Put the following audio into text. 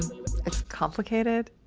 ah mm, it's complicated?